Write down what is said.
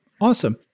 awesome